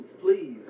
please